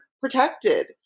protected